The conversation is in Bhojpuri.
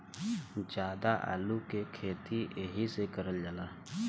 जादा आलू के खेती एहि से करल जाला